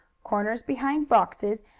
corners behind boxes,